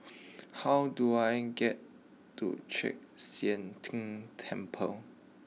how do I get to Chek Sian Tng Temple